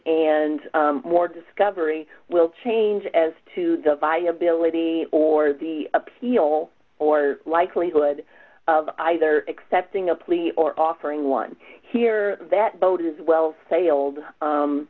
and more discovery will change as to the viability or the appeal or likelihood of either accepting a plea or offering one here that bodes well failed